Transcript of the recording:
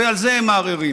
ועל זה הם מערערים.